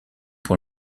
pour